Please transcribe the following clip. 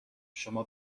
شما